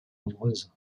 amoureuse